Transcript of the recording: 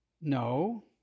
No